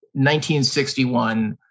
1961